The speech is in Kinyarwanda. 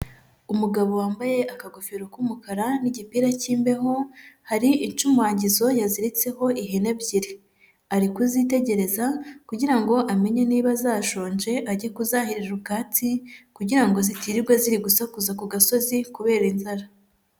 Umugabo wambaye akagofero k'umukara n'igipira k'imbeho, hari icumugizo yaziritseho ihene ebyiri, ari kuzitegereza kugira ngo amenye niba zashonje ajye kuzahirira ubwatsi kugira ngo zitirirwa ziri gusakuza ku gasozi kubera inzara.